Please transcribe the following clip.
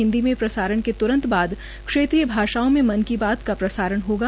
हिन्दी में प्रसारण के त्रंत बाद क्षेत्रीय भाषाओं में मन की बात प्रसारण होगा